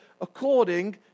according